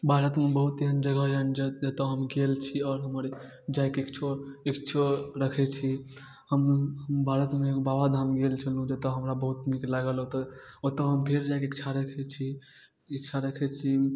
भारतमे बहुत एहन जगह यऽ ज जतऽ हम गेल छी आओर हमर जाइके इच्छो इच्छो रखै छी हम भारतमे बाबाधाम गेल छलहुँ जतऽ हमरा बहुत नीक लागल ओतऽ ओतऽ हम फेर जाइके इच्छा रखै छी इच्छा रखै छी